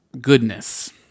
goodness